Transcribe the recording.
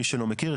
מי שלא מכיר,